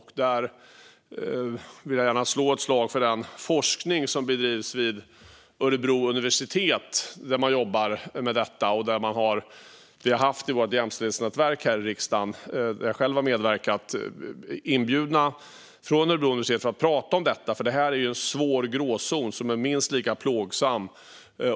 Här vill jag gärna slå ett slag för den forskning om detta som bedrivs vid Örebro universitet. Jämställdhetsnätverket här i riksdagen, där jag själv har medverkat, var inbjudna av Örebro universitet för att prata om detta. Här är det en gråzon som är plågsam.